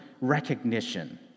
recognition